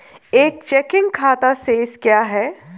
एक चेकिंग खाता शेष क्या है?